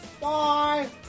Bye